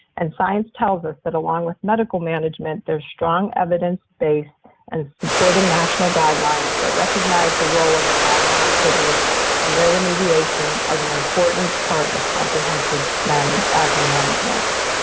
and science tells us that along with medical management, there's strong evidence base and supporting national guidelines that recognize the role of environmental triggers and their remediation as an important part of comprehensive asthma management.